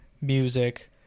music